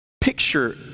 picture